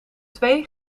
twee